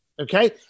Okay